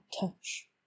touch